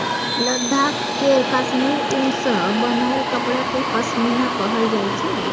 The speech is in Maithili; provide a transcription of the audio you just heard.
लद्दाख केर काश्मीर उन सँ बनाएल कपड़ा केँ पश्मीना कहल जाइ छै